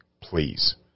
please